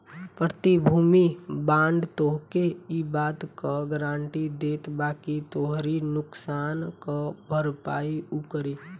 प्रतिभूति बांड तोहके इ बात कअ गारंटी देत बाकि तोहरी नुकसान कअ भरपाई उ करी